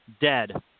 dead